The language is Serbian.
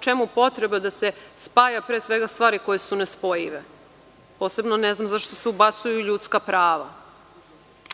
čemu potreba da se spajaju stvari koje su ne spojive. Posebno ne znam zašto se ubacuju ljudska prava.